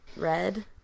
red